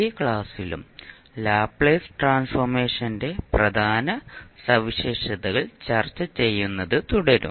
ഈ ക്ലാസ്സിലും ലാപ്ലേസ് ട്രാൻസ്ഫോർമേഷന്റെ പ്രധാന സവിശേഷതകൾ ചർച്ച ചെയ്യുന്നത് തുടരും